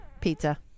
Pizza